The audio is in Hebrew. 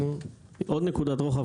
עוד נקודת רוחב.